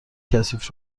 کثیف